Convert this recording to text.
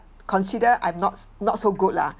consider I'm not not so good lah